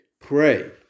pray